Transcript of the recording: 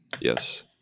Yes